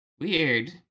Weird